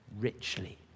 richly